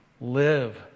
Live